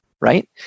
right